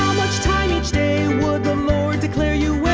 much time each day would the lord declare you